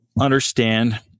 understand